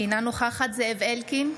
אינה נוכחת זאב אלקין,